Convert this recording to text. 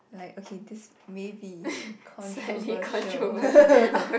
like okay this may be controversial